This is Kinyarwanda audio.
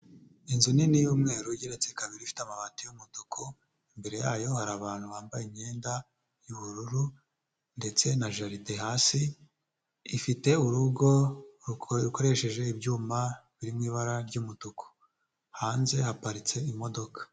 Inzu nini y'umweru igereretse kabiri ifite amabati y'umutuku, imbere yayo hari abantu bambaye imyenda y'ubururu ndetse na jaride hasi, ifite urugo rukoresheje ibyuma biri mu ibara ry'umutuku, hanze haparitse imodoka.